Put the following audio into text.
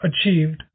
achieved